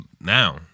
now